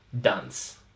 dance